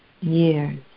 Years